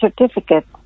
certificate